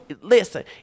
Listen